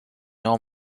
know